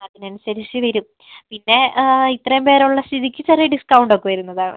അതിനനുസരിച്ച് വരും പിന്നെ ഇത്രയും പേരുള്ള സ്ഥിതിക്ക് ചെറിയ ഡിസ്കൗണ്ടൊക്കെ വരുന്നതാണ്